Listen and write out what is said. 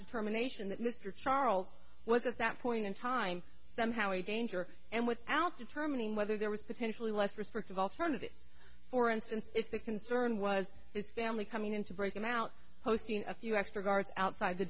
determination that mr charles was at that point in time somehow a danger and without determining whether there was potentially less restrictive alternative for instance if the concern was his family coming in to break him out posting a few extra guards outside the